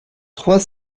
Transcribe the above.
trois